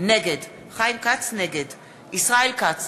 נגד ישראל כץ,